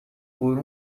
por